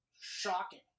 shocking